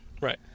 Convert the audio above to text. Right